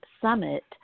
summit